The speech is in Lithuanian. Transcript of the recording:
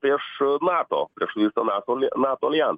prieš nato prieš visą nato ali nato alijan